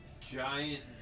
giant